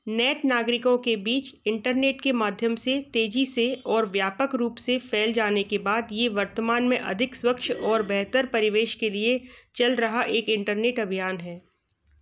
नेटनागरिकों के बीच इंटरनेट के माध्यम से तेजी से और व्यापक रूप से फैल जाने के बाद ये वर्तमान में अधिक स्वच्छ और बेहतर परिवेश के लिए चल रहा एक इंटरनेट अभियान है